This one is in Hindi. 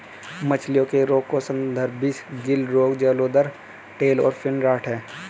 मछलियों के रोग हैं स्तम्भारिस, गिल रोग, जलोदर, टेल और फिन रॉट